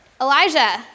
Elijah